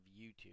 YouTube